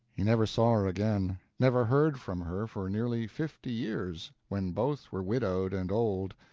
he never saw her again, never heard from her for nearly fifty years, when both were widowed and old.